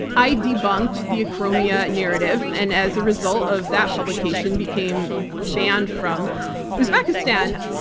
i debunked the acromia narrative, and as a result of that publication became banned from uzbekistan.